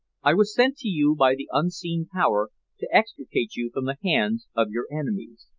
i was sent to you by the unseen power to extricate you from the hands of your enemies.